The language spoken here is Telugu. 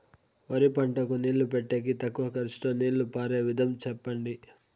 వరి పంటకు నీళ్లు పెట్టేకి తక్కువ ఖర్చుతో నీళ్లు పారే విధం చెప్పండి?